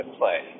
play